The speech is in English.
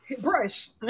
brush